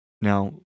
Now